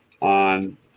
on